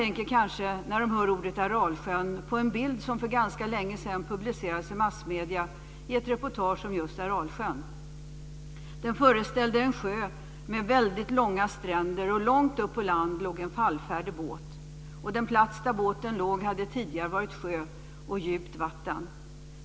När man hör ordet Aralsjön tänker många kanske på en bild som publicerades i massmedierna för ganska länge sedan i ett reportage om just Aralsjön. Den föreställde en sjö med väldigt långa stränder, och långt upp på land låg en fallfärdig båt. Den plats där båten låg hade tidigare varit sjö med djupt vatten.